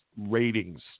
ratings